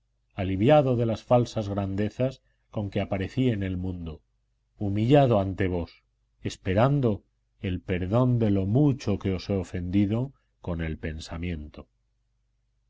aliviado de las falsas grandezas con que aparecí en el mundo humillado ante vos esperando el perdón de lo mucho que os he ofendido con el pensamiento